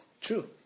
true